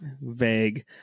vague